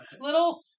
little